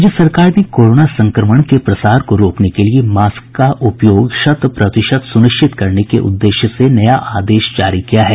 राज्य सरकार ने कोरोना संक्रमण के प्रसार को रोकने के लिए मास्क का उपयोग शत प्रतिशत सुनिश्चित करने के उद्देश्य से नया आदेश जारी किया है